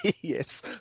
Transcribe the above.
Yes